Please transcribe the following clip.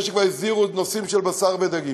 אחרי שכבר החזירו את הנושא של בשר ודגים.